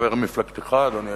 חבר מפלגתך, אדוני היושב-ראש.